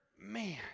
man